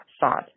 thought